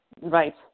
Right